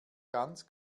ganz